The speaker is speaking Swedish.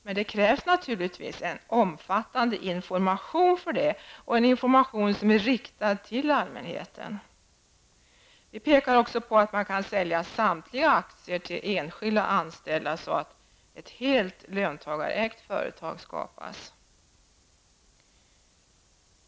För det krävs dock omfattande information riktad till allmänheten. Det pekar också på att man kan sälja samtliga aktier till enskilda anställda så att helt löntagarägda företag skapas.